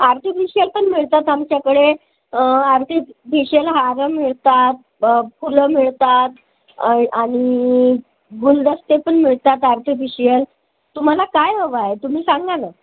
artificial पण मिळतात आमच्याकडे आर्टिफिशीयल हारं मिळतात फुलं मिळतात आणि गुलदस्ते पण मिळतात आर्टिफिशीयल तुम्हाला काय हवं आहे तुम्ही सांगा ना